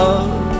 Love